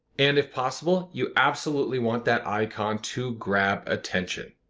and if possible, you absolutely want that icon to grab attention,